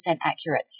accurate